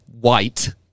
white